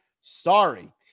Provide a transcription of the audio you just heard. sorry